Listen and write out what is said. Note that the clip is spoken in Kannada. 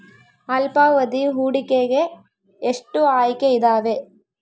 ಅಲ್ಪಾವಧಿ ಹೂಡಿಕೆಗೆ ಎಷ್ಟು ಆಯ್ಕೆ ಇದಾವೇ?